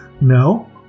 No